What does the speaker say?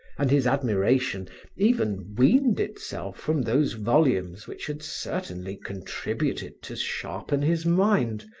and his admiration even weaned itself from those volumes which had certainly contributed to sharpen his mind,